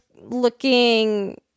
looking